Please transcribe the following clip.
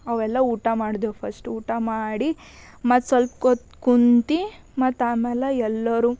ಅವೆಲ್ಲ ಊಟ ಮಾಡ್ದೆವು ಫಶ್ಟ್ ಊಟ ಮಾಡಿ ಮತ್ತು ಸ್ವಲ್ಪೊತ್ ಕುಂತು ಮತ್ತು ಅಮೇಲೆ ಎಲ್ಲರು